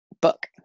Book